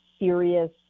serious